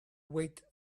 wait